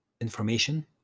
information